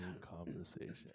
conversation